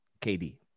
KD